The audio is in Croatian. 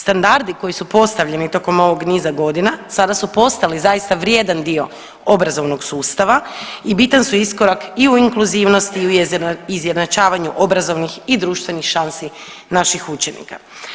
Standardi koji su postavljeni tokom ovog niza godina sada su postali zaista vrijedan dio obrazovnog sustava i bitan su iskorak i u inkluzivnosti i u izjednačavanju obrazovnih i društvenih šansi naših učenika.